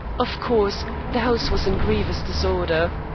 of course the house was in grievous disorder.